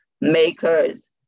makers